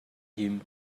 him